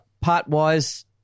Part-wise